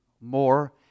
More